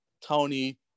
Tony